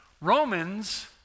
Romans